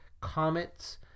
comets